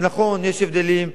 חוקי תקציב וחוק-יסוד,